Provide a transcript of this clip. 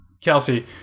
Kelsey